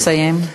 נא לסיים.